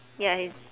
ya he's